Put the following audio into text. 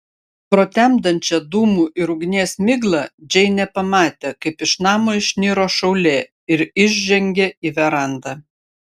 pro temdančią dūmų ir ugnies miglą džeinė pamatė kaip iš namo išniro šaulė ir išžengė į verandą